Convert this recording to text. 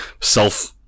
self